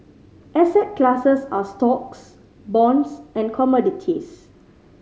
asset classes are stocks bonds and commodities